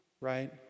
right